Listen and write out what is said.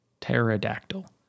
Pterodactyl